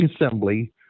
assembly